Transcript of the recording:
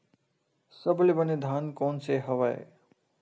सबले बने धान कोन से हवय?